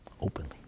Openly